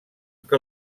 que